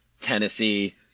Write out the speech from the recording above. Tennessee